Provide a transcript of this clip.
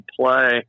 play